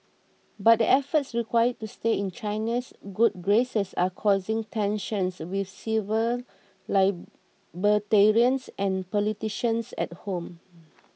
but the efforts required to stay in China's good graces are causing tensions with civil libertarians and politicians at home